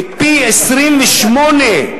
היא פי-28,